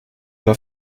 war